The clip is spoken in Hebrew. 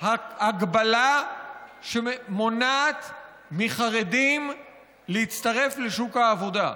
ההגבלה שמונעת מחרדים להצטרף לשוק העבודה,